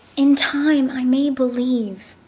in time i may believe,